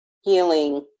healing